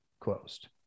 closed